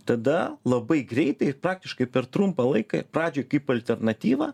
tada labai greitai praktiškai per trumpą laiką pradžioj kaip alternatyvą